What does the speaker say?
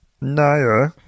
naya